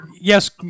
Yes